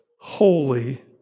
holy